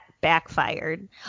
backfired